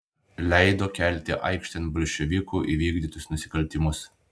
leido kelti aikštėn bolševikų įvykdytus nusikaltimus